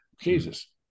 Jesus